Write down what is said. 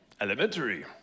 Elementary